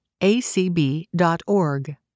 acb.org